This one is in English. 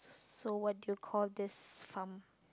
so what do you call this farm